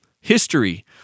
history